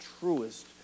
truest